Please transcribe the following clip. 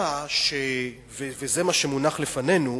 וזה מה שמונח לפנינו.